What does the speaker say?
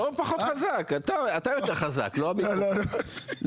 לא פחות חזק; אתה יותר חזק, לא המיקרופון.